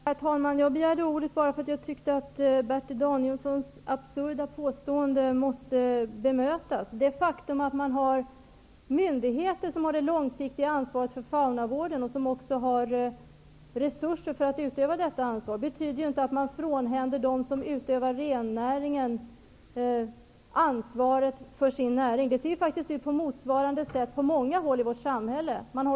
Herr talman! Jag begärde ordet därför att jag tycker att Bertil Danielssons absurda påstående måste bemötas. Det faktum att man har myndigheter som har det långsiktiga ansvaret för faunavården och som också har resurser för att utöva detta ansvar betyder inte att man frånhänder dem som utövar rennäringen ansvaret för sin näring. Det ser faktiskt ut på motsvarande sätt på många håll i vårt samhälle.